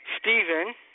Stephen